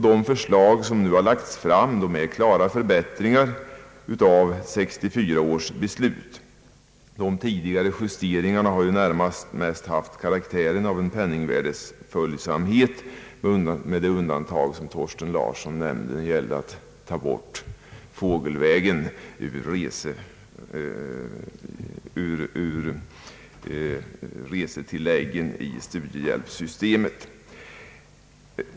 De förslag som nu lagts fram är klara förbättringar av 1964 års beslut. De tidigare justeringarna har närmast haft karaktären av penningvärdeföljsamhet, om man undantar det herr Thorsten Larsson nämnde, nämligen att ta bort fågelvägsberäkningen när det gäller resetilläggen i studiehjälpssystemet.